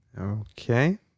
Okay